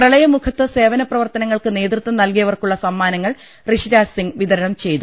പ്രളയമുഖത്ത് സേവന പ്രവർത്തനങ്ങൾക്ക് നേതൃത്വം നൽകിയവർക്കുളള സമ്മാനങ്ങൾ ഋഷിരാജ്സിംഗ് വിതരണം ചെയ്തു